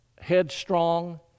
headstrong